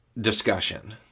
discussion